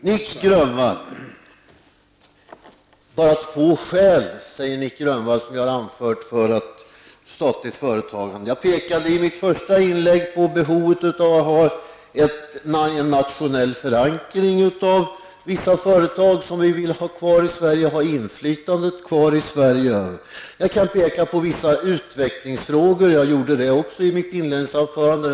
Nic Grönvall säger att jag bara anförde två skäl för statligt företagande. Jag pekade i mitt första inlägg på behovet av en nationell förankring av vissa företag som vi vill ha kvar i Sverige och där vi vill ha inflytandet kvar i Sverige. Jag kan peka på vissa utvecklingsfrågor. Jag gjorde det också i mitt inledningsanförande.